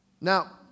Now